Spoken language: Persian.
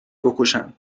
بکشن